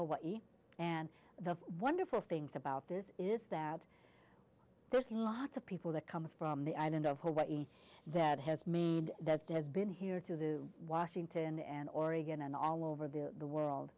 hawaii and the wonderful things about this is that there's lots of people that comes from the island of hawaii that has that has been here to washington and oregon and all over the world